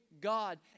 God